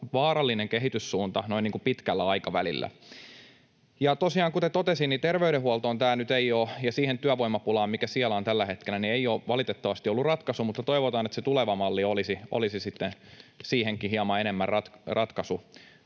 vaarallinen kehityssuunta noin niin kuin pitkällä aikavälillä. Tosiaan kuten totesin, terveydenhuoltoon ja siihen työvoimapulaan, mikä siellä on tällä hetkellä, tämä ei ole valitettavasti ollut ratkaisu, mutta toivotaan, että se tuleva malli olisi sitten siihenkin hieman enemmän ratkaisu.